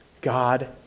God